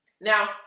Now